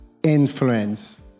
influence